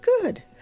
good